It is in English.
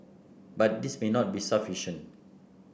but this may not be sufficient